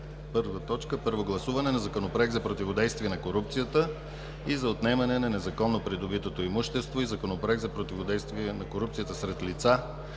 съвет: 1. Първо гласуване на Законопроекта за противодействие на корупцията и за отнемане на незаконно придобитото имущество и Законопроект за противодействие на корупцията сред лица,